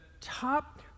top